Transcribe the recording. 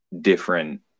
different